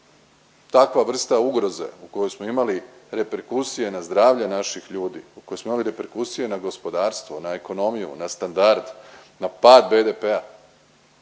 Takva vrsta ugroze u kojoj smo imali reperkusije na zdravlje naših ljudi, u kojoj smo imali reperkusije na gospodarstvo, na ekonomiju, na standard, na pad BDP-a.